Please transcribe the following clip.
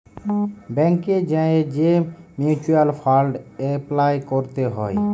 ব্যাংকে যাঁয়ে যে মিউচ্যুয়াল ফাল্ড এপলাই ক্যরতে হ্যয়